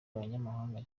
abanyamahanga